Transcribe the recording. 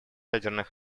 ядерных